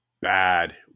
bad